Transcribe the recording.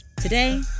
Today